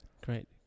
Great